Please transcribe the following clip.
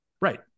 right